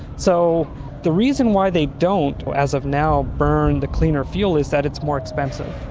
so the reason why they don't, as of now, burn the cleaner fuel is that it's more expensive.